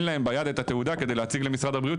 להם ביד את התעודה כדי להציג למשרד הבריאות,